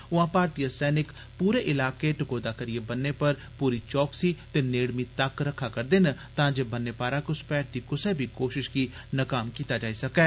ऊआं भारतीय सैनिक पूरे इलाके टकोह्दा करिए ब'न्ने पर पूरी चौकसी ते नेड़मी तक्क रखा करदे न तां जे ब'न्ने पारा घ्रसपैठ दी कुसै बी कोश्त गी नकाम कीता जाई सकै